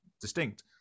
distinct